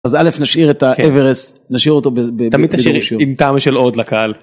אז אלף נשאיר את האברסט נשאיר אותו - תמיד תשאיר עם טעם של עוד לקהל.